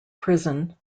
prison